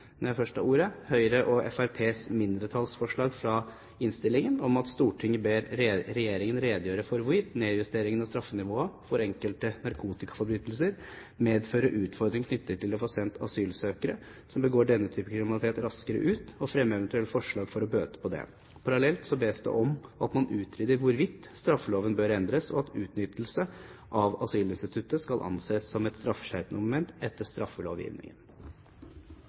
Høyre og Fremskrittspartiets mindretallsforslag i innstillingen: «Stortinget ber regjeringen redegjøre for hvorvidt nedjusteringen av straffenivået for enkelte narkotikaforbrytelser medfører utfordringer knyttet til å få sendt asylsøkere som begår denne type kriminalitet raskere ut, og fremme eventuelle forslag for å bøte på det. Parallelt bes det utredet hvorvidt straffeloven bør endres og at utnyttelse av asylinstituttet skal anses som et straffskjerpende moment etter straffelovgivningen.»